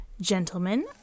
Gentlemen